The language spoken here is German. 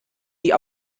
die